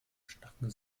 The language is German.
schnacken